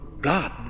God